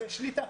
בשליטה.